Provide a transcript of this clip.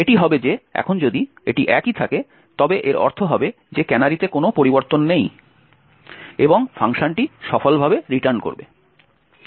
এটি হবে যে এখন যদি এটি একই থাকে তবে এর অর্থ হবে যে ক্যানারিতে কোনও পরিবর্তন নেই এবং ফাংশনটি সফলভাবে রিটার্ন করবে